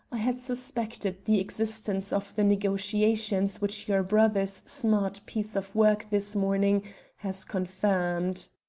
i had suspected the existence of the negotiations, which your brother's smart piece of work this morning has confirmed.